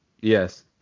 Yes